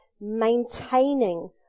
maintaining